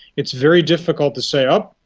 it's very difficult to say, up,